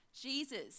Jesus